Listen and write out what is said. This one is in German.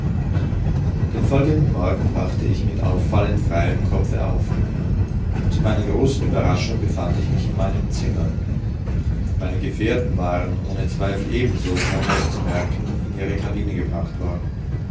den folgenden morgen wachte ich mit auffallend freiem kopfe auf zu meiner großen ueberraschung befand ich mich in meinem zimmer meine gefährten waren ohne zweifel ebenso ohne es zu merken in ihre cabine gebracht worden